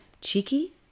Cheeky